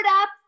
Up